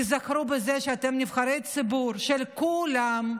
תיזכרו בזה שאתם נבחרי ציבור של כולם,